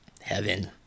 heaven